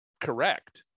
correct